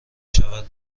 شود